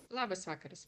labas vakaras